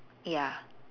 ya